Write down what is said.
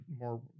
more